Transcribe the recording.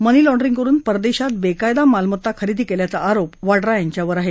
मनी laundering करून परदेशात बेकायदा मालमत्ता खरेदी केल्याचा आरोप वड्रा यांच्यावर आहे